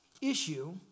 issue